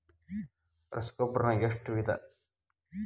ರಸಗೊಬ್ಬರ ನಾಗ್ ಎಷ್ಟು ವಿಧ?